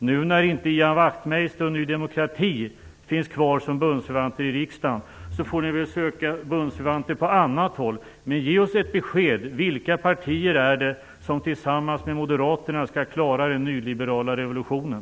Nu när inte Ian Wachtmeister och Ny demokrati finns kvar som bundsförvanter i riksdagen får väl Moderaterna söka bundsförvanter på annat håll. Men ge oss ett besked: Vilka partier är det som tillsammans med Moderaterna skall klara den nyliberala revolutionen?